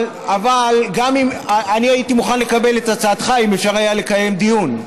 אבל אני הייתי מוכן לקבל את הצעתך אם אפשר היה לקיים דיון.